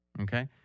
Okay